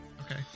okay